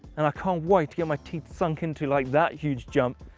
and i can't wait to get my teeth sunk into like that huge jump,